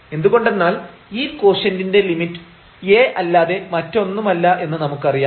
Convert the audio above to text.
എന്തുകൊണ്ടെന്നാൽ ഈ കോഷ്യന്റിന്റെ ലിമിറ്റ് A അല്ലാതെ മറ്റൊന്നുമല്ല എന്ന് നമുക്കറിയാം